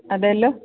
അതെയല്ലോ